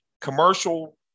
commercial